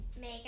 make